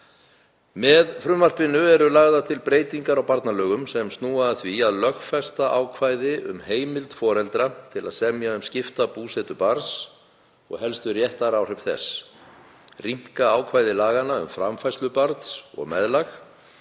Með frumvarpinu eru lagðar til breytingar á barnalögum sem snúa að því að lögfesta ákvæði um heimild foreldra til þess að semja um skipta búsetu barns og helstu réttaráhrif þess, rýmka ákvæði laganna um framfærslu barns og meðlag